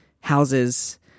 houses